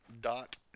dot